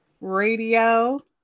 Radio